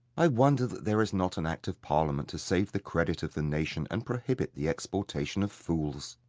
i wonder there is not an act of parliament to save the credit of the nation and prohibit the exportation of fools.